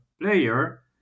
player